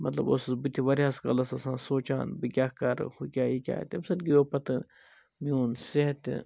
مَطلَب اوسُس بہٕ تہِ واریاہَس کالَس آسان سونٛچان بہٕ کیٛاہ کَرٕ ہُہ کیٛاہ یہِ کیٛاہ تَمہِ سۭتۍ گیُو پَتہٕ میٛون صحت تہِ